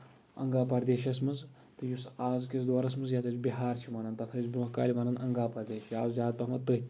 انگا پردیشس منٛز تہٕ یُس أزکِس دورَس منٛز یَتھ أسۍ بِہار چھِ وَنان تَتھ ٲسۍ برونٛہہ کالہِ وَنان اَنگا پردیش یا اوس زیادٕ پَہمَتھ تٔتھۍ